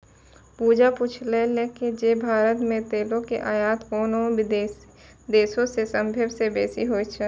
पूजा पुछलकै जे भारत मे तेलो के आयात कोन देशो से सभ्भे से बेसी होय छै?